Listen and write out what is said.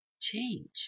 change